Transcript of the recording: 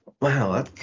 wow